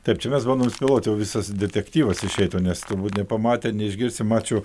taip čia mes bandom spėloti visas detektyvas iš lėto nes turbūt nepamatę neišgirsim ačiū